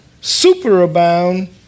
Superabound